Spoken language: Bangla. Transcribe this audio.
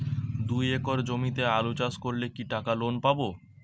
দুই একর জমিতে আলু চাষ করলে কি টাকা লোন পাবো?